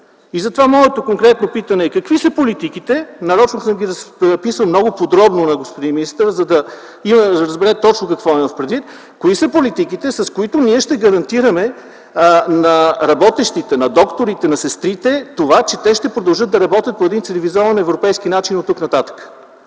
Затова моето конкретно питане е: какви са политиките – нарочно съм ги записал много подробно на господин министъра, за да разбере точно какво имам предвид – с които ние ще гарантираме на работещите (на докторите, на сестрите), че ще продължат да работят по цивилизован европейски начин оттук нататък?!